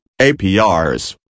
APRs